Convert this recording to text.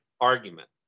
argument